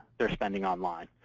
they're spending online.